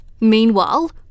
Meanwhile